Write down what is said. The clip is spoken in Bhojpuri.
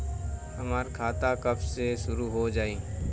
हमार खाता कब से शूरू हो जाई?